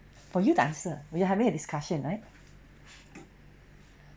for you to answer we're having a discussion right